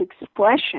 expression